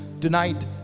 Tonight